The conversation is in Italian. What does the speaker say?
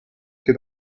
che